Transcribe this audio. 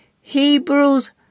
Hebrews